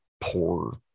poor